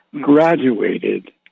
graduated